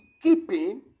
keeping